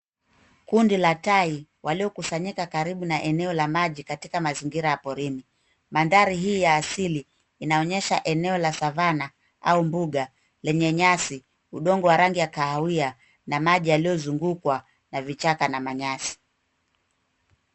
Kundi la tai waliokusanyika karibu na eneo la maji katika mazingira ya porini. Mandhari hii ya asili inaonyesha eneo la savana au bunga lenye nyasi, udongo wa rangi ya kahawia na maji yaliyozungukwa na vichaka na manyasi.